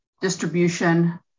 distribution